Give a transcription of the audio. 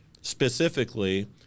specifically